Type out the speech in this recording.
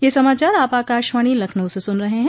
ब्रे क यह समाचार आप आकाशवाणी लखनऊ से सुन रहे हैं